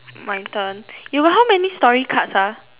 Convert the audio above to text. my turn you got how many story cards ah